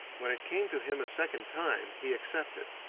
when it came to him a second time he accepted,